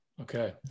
okay